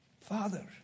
Father